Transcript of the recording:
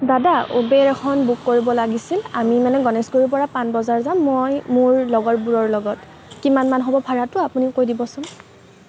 দাদা উবেৰ এখন বুক কৰিব লাগিছিল আমি মানে গণেশগুৰিৰ পৰা পান বজাৰ যাম মই মোৰ লগৰবোৰৰ লগত কিমান মান হ'ব ভাড়াটো আপুনি কৈ দিবচোন